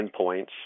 endpoints